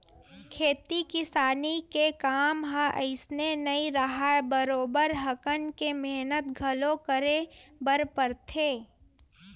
खेती किसानी के काम ह अइसने नइ राहय बरोबर हकन के मेहनत घलो करे बर परथे